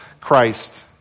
Christ